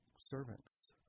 servants